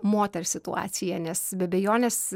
moters situaciją nes be abejonės